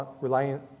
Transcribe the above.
relying